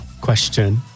Question